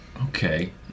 Okay